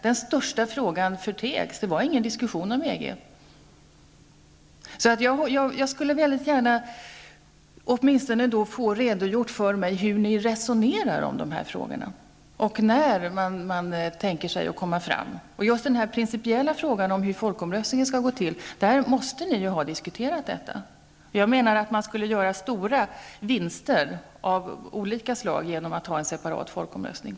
Den största frågan förtegs. Det var ingen diskussion om EG. Jag skulle väldigt gärna få redogjort för mig åtminstone hur ni resonerar i dessa frågor. När tänker man sig att komma fram till någonting? Ni måste ju ha diskuterat den principiella frågan om hur folkomröstningen skall gå till. Jag anser att man skulle göra stora vinster om man hade en separat folkomröstning.